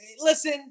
listen